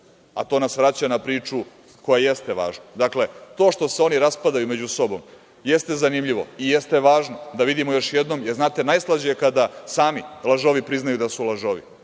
a to nas vraća na priču koja jeste važna. Dakle, to što se oni raspadaju među sobom jeste zanimljivo i jeste važno da vidimo još jednom… Znate, najslađe je kada sami lažovi priznaju da su lažovi.